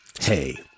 hey